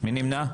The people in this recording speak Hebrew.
נמנע?